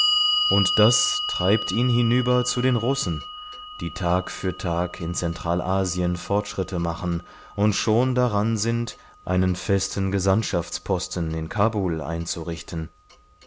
und das treibt ihn hinüber zu den russen die tag für tag in zentralasien fortschritte machen und schon daran sind einen festen gesandtschaftsposten in kabul einzurichten